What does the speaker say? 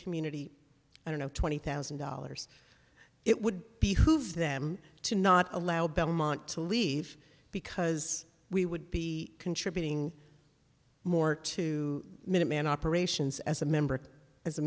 community i don't know twenty thousand dollars it would behoove them to not allow belmont to leave because we would be contributing more to minuteman operations as a member as a